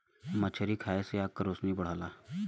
मछरी खाये से आँख के रोशनी बढ़ला